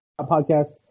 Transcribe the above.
podcast